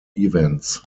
events